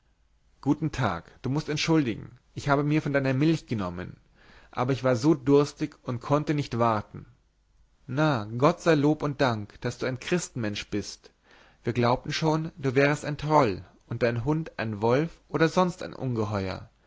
guten tag du mußt entschuldigen ich habe mir von deiner milch genommen aber ich war so durstig und konnte nicht warten na gott sei lob und dank daß du ein christenmensch bist wir glaubten schon du wärest ein troll und dein hund ein wolf oder sonst ein ungeheuer